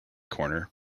corner